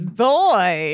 boy